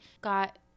got